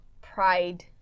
pride